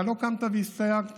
אתה לא קמת והסתייגת.